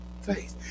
Faith